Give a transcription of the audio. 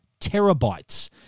terabytes